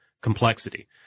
complexity